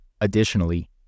Additionally